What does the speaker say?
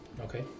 Okay